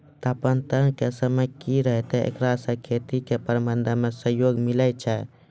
तापान्तर के समय की रहतै एकरा से खेती के प्रबंधन मे सहयोग मिलैय छैय?